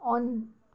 on